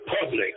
public